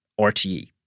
RTE